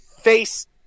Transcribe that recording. face